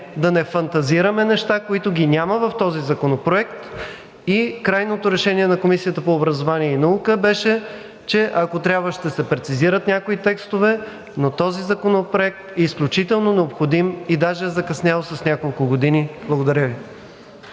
да не фантазираме неща, които ги няма в този законопроект. Крайното решение на Комисията по образованието и науката беше, че ако трябва, ще се прецизират някой текстове, но този законопроект е изключително необходим и даже закъснял с няколко години. Благодаря Ви.